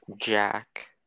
Jack